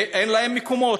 ואין להם מקומות.